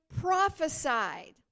prophesied